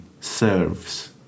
serves